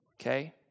Okay